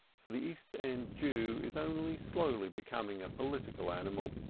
for the east-end jew is only slowly becoming a political animal.